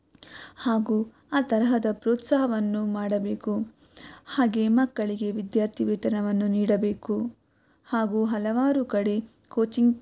ಹಾಗೂ ಆ ತರಹದ ಪ್ರೋತ್ಸಾಹವನ್ನು ಮಾಡಬೇಕು ಹಾಗೇ ಮಕ್ಕಳಿಗೆ ವಿದ್ಯಾರ್ಥಿ ವೇತನವನ್ನು ನೀಡಬೇಕು ಹಾಗೂ ಹಲವಾರು ಕಡೆ ಕೋಚಿಂಗ್